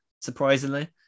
surprisingly